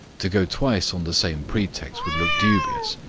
to go twice on the same pretext would look dubious.